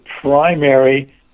primary